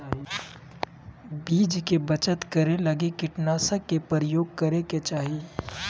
बीज के बचत करै लगी कीटनाशक के प्रयोग करै के चाही